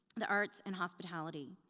the arts, and hospitality.